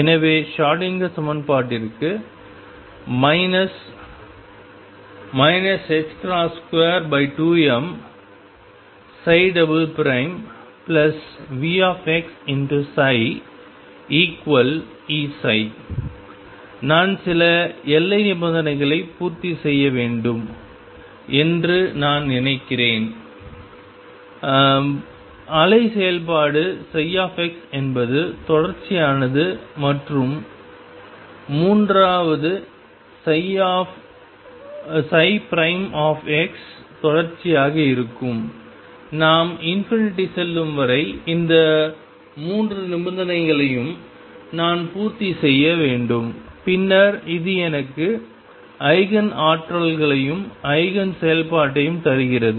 எனவே ஷ்ரோடிங்கர் சமன்பாட்டிற்கு minus 22m VxψEψ நான் சில எல்லை நிபந்தனைகளை பூர்த்தி செய்ய வேண்டும் என்று நான் நினைக்கிறேன் அலை செயல்பாடு ψஎன்பது தொடர்ச்சியானது மற்றும் மூன்றாவது தொடர்ச்சியாக இருக்கும் நாம் செல்லும் வரை இந்த 3 நிபந்தனைகளையும் நான் பூர்த்தி செய்ய வேண்டும் பின்னர் இது எனக்கு ஈஜென் ஆற்றல்களையும் ஈஜென் செயல்பாட்டையும் தருகிறது